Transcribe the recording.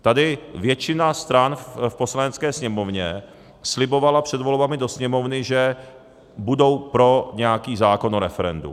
Tady většina stran v Poslanecké sněmovně slibovala před volbami do Sněmovny, že budou pro nějaký zákon o referendu.